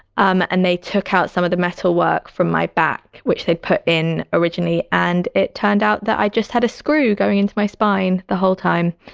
um and they took out some of the metal work from my back, which they put in originally. and it turned out that i just had a screw going into my spine the whole time.